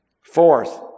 Fourth